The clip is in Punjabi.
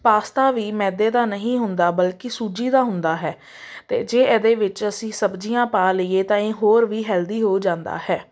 ਪਾਸਤਾ ਵੀ ਮੈਦੇ ਦਾ ਨਹੀਂ ਹੁੰਦਾ ਬਲਕਿ ਸੂਜੀ ਦਾ ਹੁੰਦਾ ਹੈ ਅਤੇ ਜੇ ਇਹਦੇ ਵਿੱਚ ਅਸੀਂ ਸਬਜ਼ੀਆਂ ਪਾ ਲਈਏ ਤਾਂ ਇਹ ਹੋਰ ਵੀ ਹੈਲਦੀ ਹੋ ਜਾਂਦਾ ਹੈ